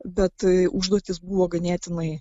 bet užduotys buvo ganėtinai